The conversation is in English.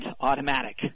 automatic